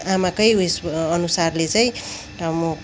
आमाकै उयस अनुसारले चाहिँ म